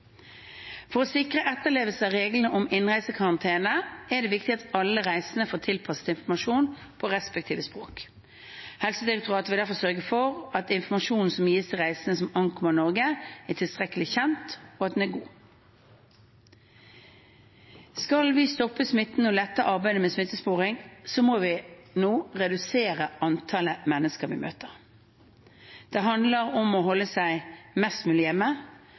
For å sikre etterlevelse av reglene om innreisekarantene er det viktig at alle reisende får tilpasset informasjon på respektive språk. Helsedirektoratet vil derfor sørge for at informasjonen som gis til reisende som ankommer Norge, er tilstrekkelig kjent, og at den er god. Skal vi stoppe smitten og lette arbeidet med smittesporing, må vi nå redusere antallet mennesker vi møter. Det handler om å holde seg mest mulig hjemme